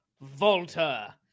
Volta